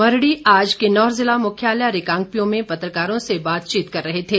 मरड़ी आज किन्नौर जिला मुख्यालय रिकांगपिओ में पत्रकारों से बातचीत कर रहे थे